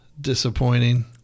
disappointing